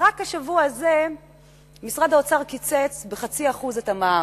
רק השבוע הזה משרד האוצר קיצץ ב-0.5% את המע"מ.